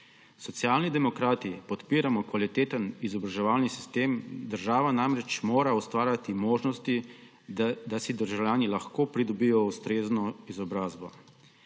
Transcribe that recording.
Socialni demokrati podpiramo kvaliteten izobraževalni sistem, država namreč mora ustvarjati možnosti, da si državljani lahko pridobijo ustrezno izobrazbo.